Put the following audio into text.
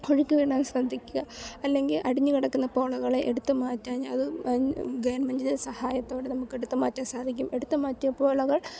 ഒഴുക്കി വിടാൻ ശ്രദ്ധിക്കുക അല്ലെങ്കിൽ അടിഞ്ഞു കിടക്കുന്ന പോളകളേ എറ്റുത്തു മാറ്റാൻ അത് ഗവണ്മെൻറ്റിൻ്റെ സഹായത്തോടെ നമുക്കെടുത്തു മാറ്റാൻ സാധിക്കും എടുത്തു മാറ്റിയ പോളകൾ